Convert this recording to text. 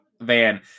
van